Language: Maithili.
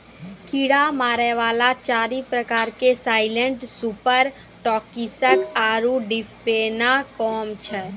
कीड़ा मारै वाला चारि प्रकार के साइलेंट सुपर टॉक्सिक आरु डिफेनाकौम छै